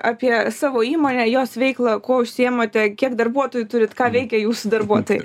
apie savo įmonę jos veiklą kuo užsiimate kiek darbuotojų turit ką veikia jūsų darbuotojai